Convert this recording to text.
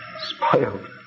spoiled